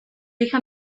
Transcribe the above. hija